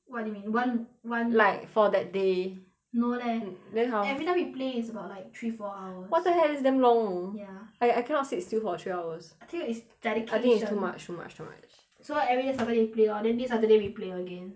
what do you mean one one like for that day no leh then how every time we play is about like three four hours what the heck that's damn long ya I I cannot sit still for three hours I tell you it's dedication I think it's too much too much too much so every saturday play lor then this saturday we play again